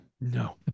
No